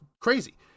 crazy